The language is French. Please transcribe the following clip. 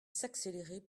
s’accélérer